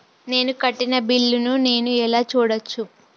నేను కట్టిన బిల్లు ను నేను ఎలా చూడచ్చు?